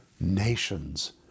nations